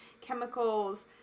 chemicals